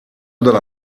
dalla